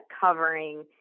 covering